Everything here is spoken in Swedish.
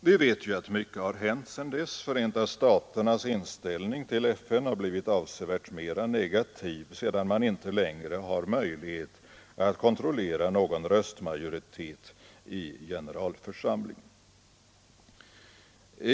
Vi vet att mycket har hänt sedan dess. Förenta staternas inställning till FN har blivit avsevärt mera negativ sedan man inte längre har möjlighet att kontrollera någon röstmajoritet i generalförsamlingen.